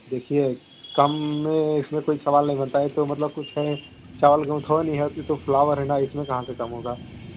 देखिए कम इसमें कोई सवाल नहीं बनता है तो मतलब इसमें चावल गेहूँ थोड़ी नहीं है ये तो फ्लावर है ना इसमें कहा से कम होगा